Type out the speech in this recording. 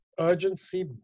urgency